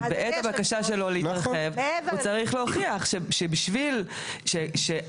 בעת הבקשה שלו להתרחב הוא צריך להוכיח שבשביל שאחד,